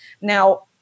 Now